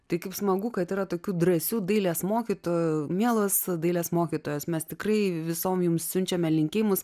tai kaip smagu kad yra tokių drąsių dailės mokytojų mielos dailės mokytojos mes tikrai visom jum siunčiame linkėjimus